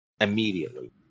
immediately